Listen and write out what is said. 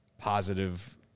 positive